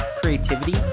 creativity